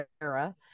era